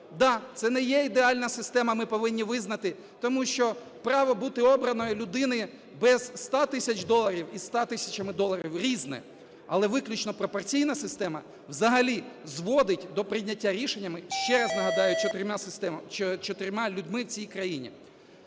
Так, це не є ідеальна система, ми повинні визнати. Тому що право бути обраною людини без 100 тисяч доларів і з 100 тисячами доларів – різне. Але виключно пропорційна система взагалі зводить до прийняття рішення, ще раз нагадаю, чотирма людьми в цій країні.